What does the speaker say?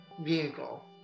vehicle